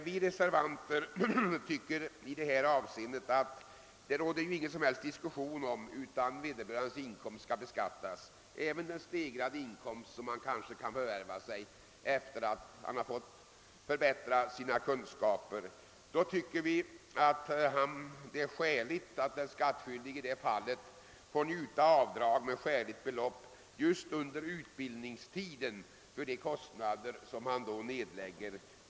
Vi reservanter menar att det, med hänsyn till att det inte råder något som helst tvivel om att den stegrade inkomst, som vederbörande kanske erhåller sedan han förbättrat sina kunskaper, skall beskattas, är skäligt, att den skattskyldige under studietiden får åtnjuta avdrag till ett rimligt belopp för sina utbildningskostnader.